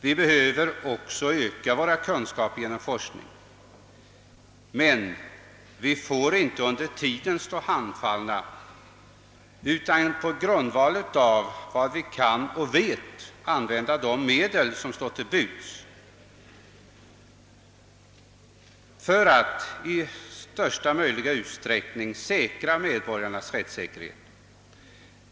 Vi behöver också öka våra kunskaper genom forskning, men vi får inte under tiden stå handfallna, utan måste på grundval av vad vi kan och vet använda de medel som står till buds för att i största möjliga utsträckning trygga medborgarnas rättssäkerhet.